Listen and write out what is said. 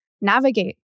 navigate